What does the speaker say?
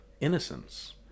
innocence